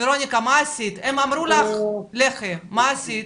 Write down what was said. הם אמרו לך לכי, מה עשית?